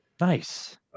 Nice